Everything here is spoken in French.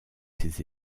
ses